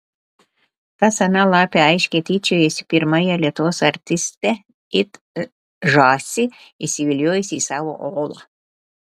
ta sena lapė aiškiai tyčiojosi pirmąją lietuvos artistę it žąsį įsiviliojusi į savo olą